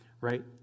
right